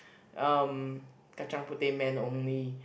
um kacang-puteh man only